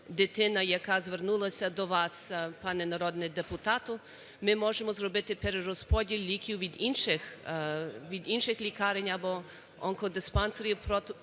дитина, яка звернулася до вас, пане народний депутат, ми можемо зробити перерозподіл ліків від інших лікарень або онкодиспансерів.